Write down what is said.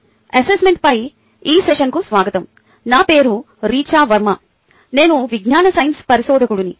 అసెస్మెంట్పై ఈ సెషన్కు స్వాగతం నా పేరు రిచా వర్మ నేను విజన్ సైన్స్ పరిశోధకుడిని